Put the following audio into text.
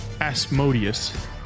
Asmodeus